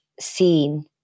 seen